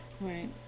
Right